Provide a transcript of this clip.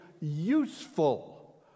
useful